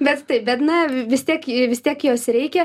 bet taip bet na vis tiek vis tiek jos reikia